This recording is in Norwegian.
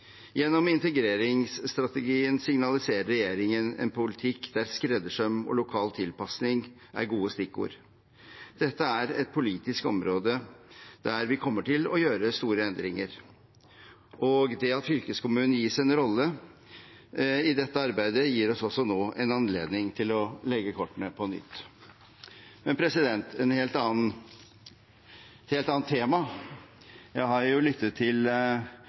Gjennom integreringsstrategien signaliserer regjeringen en politikk der skreddersøm og lokal tilpasning er gode stikkord. Dette er et politisk område der vi kommer til å gjøre store endringer, og det at fylkeskommunen gis en rolle i dette arbeidet, gir også oss en anledning til å legge kortene på nytt. Et helt annet tema: Jeg har lyttet til